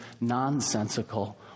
nonsensical